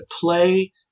play